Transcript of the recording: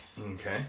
Okay